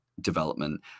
development